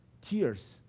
tears